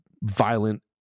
violent